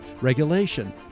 regulation